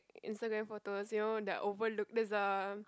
Instagram photos you know that overlook there's a